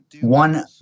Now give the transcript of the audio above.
One